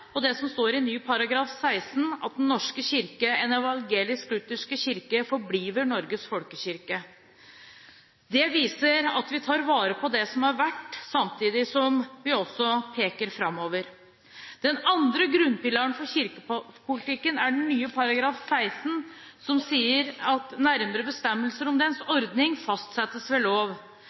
Og det som står i ny § 16: «Den norske Kirke, en evangelisk-luthersk Kirke, forbliver Norges Folkekirke …». Det viser at vi tar vare på det som har vært, samtidig som vi også peker framover. Den andre grunnpilaren for kirkepolitikken er den nye § 16, der det heter: «Nærmere Bestemmelser om dens Ordning fastsættes ved Lov.»